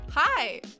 Hi